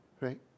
right